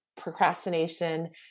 procrastination